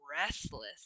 restless